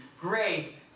grace